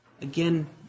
Again